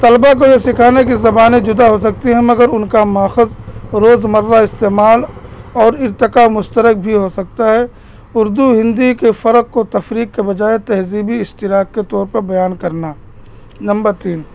طلبہ کو یہ سکھانے کی زبانیں جدا ہو سکتی ہیں مگر ان کا ماخذ روز مرہ استعمال اور ارتقا مشترک بھی ہو سکتا ہے اردو ہندی کے پھرق کو تفریق کے بجائے تہذیبی اشتراک کے طور پر بیان کرنا نمبر تین